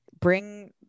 bring